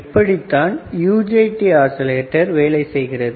இப்படித்தான் UJT oscillator வேலை செய்கிறது